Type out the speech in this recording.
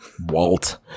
Walt